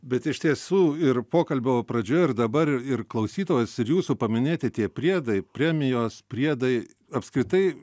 bet iš tiesų ir pokalbio pradžioj ir dabar ir klausytojos ir jūsų paminėti tie priedai premijos priedai apskritai